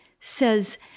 says